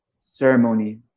ceremony